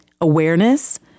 awareness